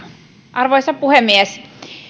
arvoisa puhemies